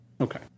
Okay